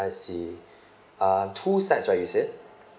I see uh two sides right you said